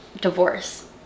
divorce